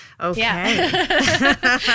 Okay